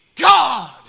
God